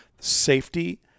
safety